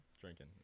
drinking